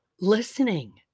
listening